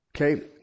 Okay